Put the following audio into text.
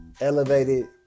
elevated